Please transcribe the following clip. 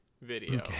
video